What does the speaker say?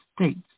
states